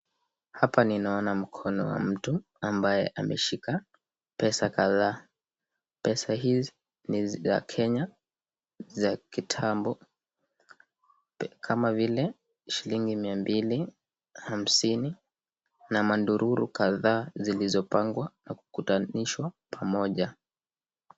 Hapa ninaona mkono wa mtu ambaye ameshika pesa kadhaa. Pesa hizi ni za Kenya za kitambo kama vile shilingi mia mbili, hamsini na mandururu kadha zilizopangwa na kukutanishwa pamoja.